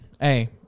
hey